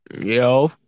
Yo